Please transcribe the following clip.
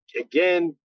Again